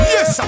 Yes